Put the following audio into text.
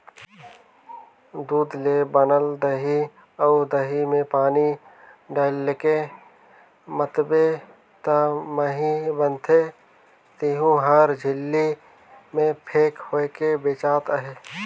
दूद ले बनल दही अउ दही में पानी डायलके मथबे त मही बनथे तेहु हर झिल्ली में पेक होयके बेचात अहे